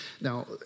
Now